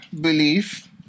belief